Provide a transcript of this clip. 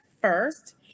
first